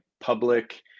public